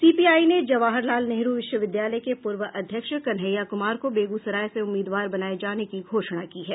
CPI ने जवाहर लाल नेहरू विश्वविद्यालय के पूर्व अध्यक्ष कन्हैया कुमार को बेगूसराय से उम्मीदवार बनाये जाने की घोषणा की है